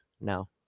No